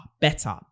better